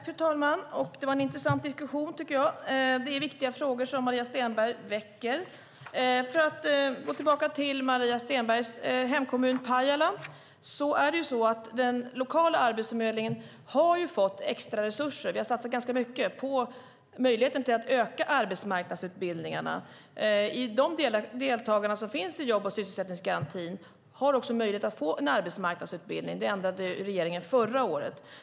Fru talman! Det var en intressant diskussion, tycker jag. Det är viktiga frågor som Maria Stenberg väcker. För att gå tillbaka till hennes hemkommun Pajala har den lokala Arbetsförmedlingen fått extra resurser. Vi har satsat ganska mycket på möjligheten att öka arbetsmarknadsutbildningarna. Deltagarna i jobb och sysselsättningsgarantin har också möjlighet att få en arbetsmarknadsutbildning. Det ändrade regeringen förra året.